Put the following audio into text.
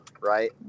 right